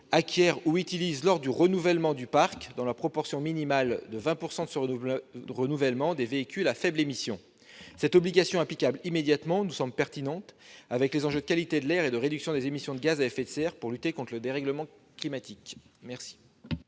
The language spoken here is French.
acquièrent ou utilisent lors du renouvellement du parc, dans la proportion minimale de 20 % de ce renouvellement, des véhicules à faibles émissions. Cette obligation applicable immédiatement nous semble pertinente avec les enjeux liés à la qualité de l'air et à la réduction des émissions de gaz à effet de serre pour lutter contre les dérèglements climatiques.